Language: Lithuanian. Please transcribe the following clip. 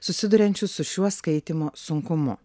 susiduriančius su šiuo skaitymo sunkumu